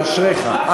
אשריך.